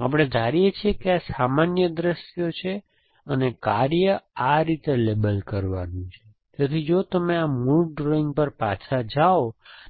તેથી આપણે ધારીએ છીએ કે આ સામાન્ય દૃશ્યો છે અને કાર્ય આ રીતે લેબલ કરવાનું છે તેથી જો તમે આ મૂળ ડ્રોઇંગ પર પાછા જાઓ